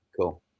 Cool